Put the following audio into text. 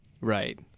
Right